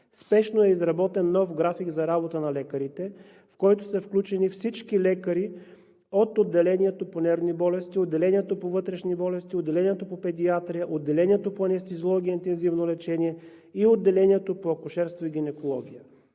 Спешно е изработен нов график за работа на лекарите, в който са включени всички лекари от отделението по нервни болести, отделението по вътрешни болести, отделението по педиатрия, отделението по анестезиология и интензивно лечение и отделението по акушерство и гинекология.